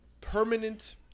permanent